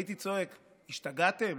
הייתי צועק: "השתגעתם?"